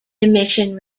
emission